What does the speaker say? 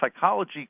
psychology